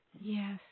Yes